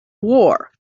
war